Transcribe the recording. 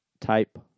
type